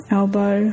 elbow